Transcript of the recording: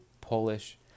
Polish